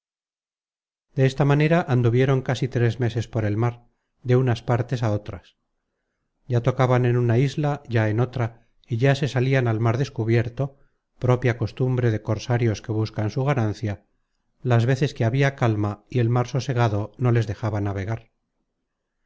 soldados desta manera anduvieron casi tres meses por el mar de unas partes á otras ya tocaban en una isla ya en otra y ya se salian al mar descubierto propia costumbre de cosarios que buscan su ganancia las veces que habia calma y el mar sosegado no les dejaba navegar